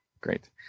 Great